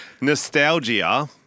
nostalgia